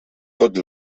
tot